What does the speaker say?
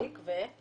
ו?